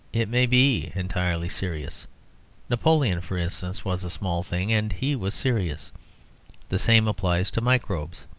it may be entirely serious napoleon, for instance, was a small thing, and he was serious the same applies to microbes.